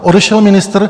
Odešel ministr?